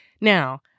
now